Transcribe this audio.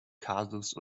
kasus